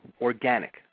Organic